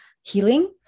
healing